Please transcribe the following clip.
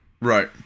right